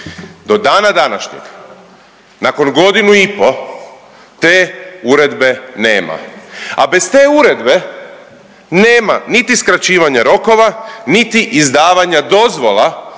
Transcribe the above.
Do dana današnjeg nakon godinu i po te uredbe nema, a bez te uredbe nema niti skraćivanja rokova niti izdavanja dozvola